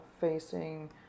facing